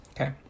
Okay